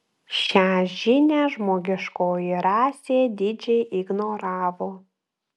šią žinią žmogiškoji rasė didžiai ignoravo